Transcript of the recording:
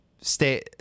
Stay